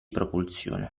propulsione